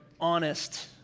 honest